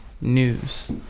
news